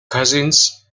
cousins